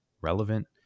relevant